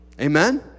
Amen